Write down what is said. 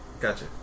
gotcha